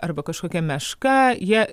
arba kažkokia meška jie